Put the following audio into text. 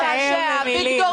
------ אביגדור